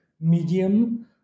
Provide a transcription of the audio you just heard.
medium